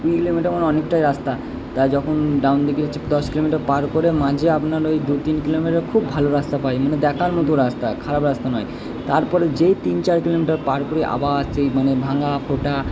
কুড়ি কিলোমিটার মানে অনেকটাই রাস্তা তা যখন ডাউন দিঘি হচ্ছে দশ কিলোমিটার পার করে মাঝে আপনার ওই দু তিন কিলোমিটার খুব ভালো রাস্তা পাই মানে দেখার মতো রাস্তা খারাপ রাস্তা নয় তারপরে যেই তিন চার কিলোমিটার পার করি আবার সেই মানে ভাঙা ফোটা